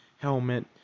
helmet